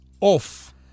off